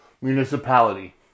municipality